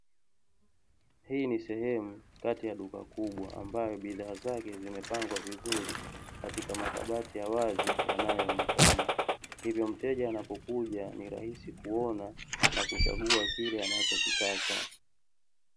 Hii ni sehemu kati ya duka kubwa ambayo bidhaa zake zimepangwa vizuri katika makabati ya wazi yanayoonekana, hivyo mteja anavyokuja ni rahisi kuona na kuchagua kile anachokitaka.